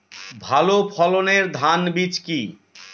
ভালো ফলনের ধান বীজ কি?